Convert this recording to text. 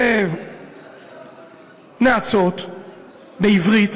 בנאצות בעברית